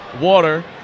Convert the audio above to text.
water